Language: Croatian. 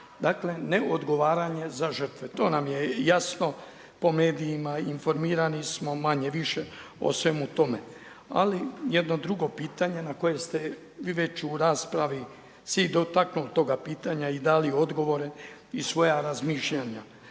dakle ne odgovaranja za žrtve. To nam je jasno po medijima, informirani smo manje-više o svemu tome, ali jedno drugo pitanje na koje ste vi već u raspravi se dotaknuo toga pitanja i dali odgovore i svoja razmišljanja.